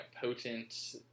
potent